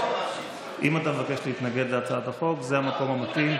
הוא צריך להתנגד עניינית.